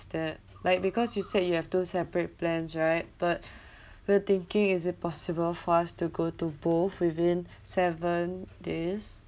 the like because you said you have two separate plans right but we're thinking is it possible for us to go to both within seven days